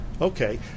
Okay